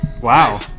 wow